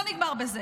לא נגמר בזה.